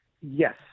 yes